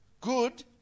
good